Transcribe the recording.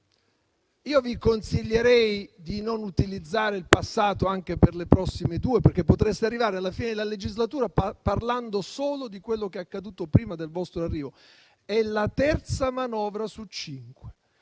Vi consiglierei di non utilizzare il passato anche per le prossime due, perché potreste arrivare alla fine della legislatura parlando solo di quello che è accaduto prima del vostro arrivo. È la terza manovra su cinque: